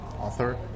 author